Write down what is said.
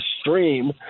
stream